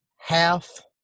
half